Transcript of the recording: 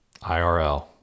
IRL